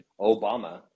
Obama